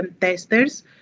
testers